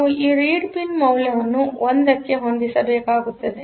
ನಾವು ಈ read pin ಮೌಲ್ಯವನ್ನು 1 ಕ್ಕೆ ಹೊಂದಿಸಬೇಕಾಗಿದೆ